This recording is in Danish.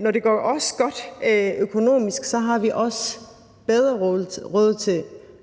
Når det går os godt økonomisk, har vi også bedre råd til